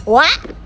what